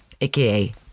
aka